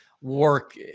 work